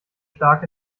stark